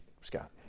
Scott